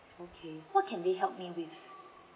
okay what can they help me with